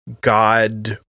God